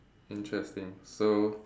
interesting so